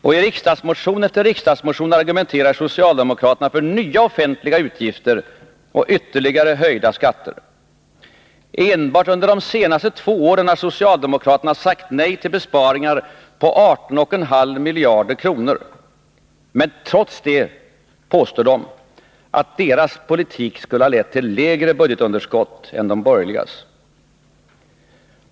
I riksdagsmotion efter riksdagsmotion argumenterar socialdemokraterna för nya offentliga utgifter och ytterligare höjda skatter. Enbart under de senaste två åren har socialdemokraterna sagt nej till besparingar på 18,5 miljarder kronor, men trots detta påstår de att deras politik skulle ha lett till lägre budgetunderskott än de borgerligas.